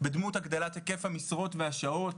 בדמות הגדלת היקף המשרות והשעות.